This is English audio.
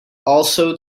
also